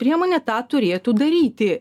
priemonė tą turėtų daryti